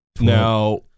now